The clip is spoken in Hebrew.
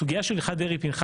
הסוגייה של הלכת דרעי-פנחסי,